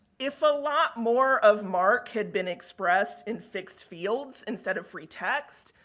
if a lot more of marc had been expressed in fixed fields instead of free text,